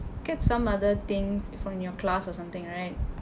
get some other thing before in your class or something right